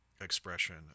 expression